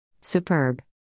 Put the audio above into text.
Superb